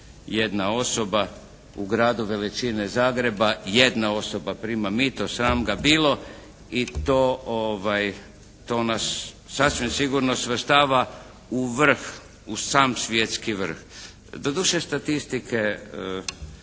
jedna osoba u gradu veličine Zagreba jedna osoba prima mito, sram ga bilo i to nas sasvim sigurno svrstava u vrh, u sam svjetski vrh. Doduše statistike